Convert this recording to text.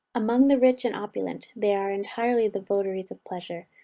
among the rich and opulent, they are entirely the votaries of pleasure,